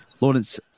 Lawrence